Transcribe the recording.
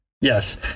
Yes